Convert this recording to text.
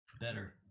better